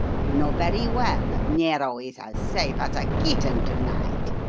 you know very well that nero is as safe as a kitten to-night,